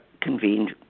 convened